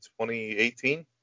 2018